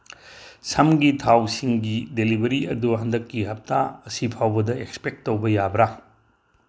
ꯁꯝꯒꯤ ꯊꯥꯎꯁꯤꯡꯒꯤ ꯗꯦꯂꯤꯚꯔꯤ ꯑꯗꯨ ꯍꯟꯗꯛꯀꯤ ꯍꯞꯇꯥ ꯑꯁꯤ ꯐꯥꯎꯕꯗ ꯑꯦꯛꯁꯄꯦꯛ ꯇꯧꯕ ꯌꯥꯕ꯭ꯔꯥ